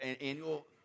annual